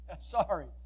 Sorry